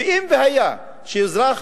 אם אזרח,